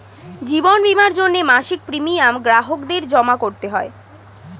জীবন বীমার জন্যে মাসিক প্রিমিয়াম গ্রাহকদের জমা করতে হয়